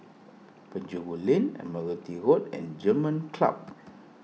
Penjuru Lane Admiralty Road and German Club